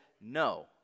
no